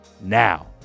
now